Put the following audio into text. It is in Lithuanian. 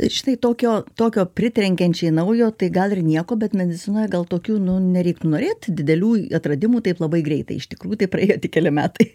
ir štai tokio tokio pritrenkiančiai naujo tai gal ir nieko bet medicinoje gal tokių nu nereik norėt didelių atradimų taip labai greitai iš tikrųjų taip praėjo tik keli metai